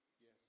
Yes